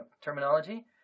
terminology